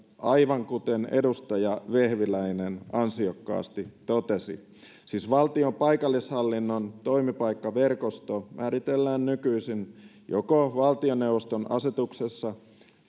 aivan kuten edustaja vehviläinen ansiokkaasti totesi siis valtion paikallishallinnon toimipaikkaverkosto määritellään nykyisin joko valtioneuvoston asetuksessa